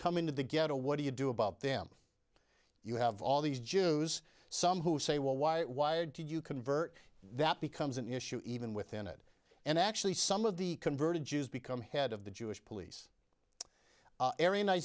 come into the ghetto what do you do about them you have all these jews some who say well why did you convert that becomes an issue even within it and actually some of the converted jews become head of the jewish police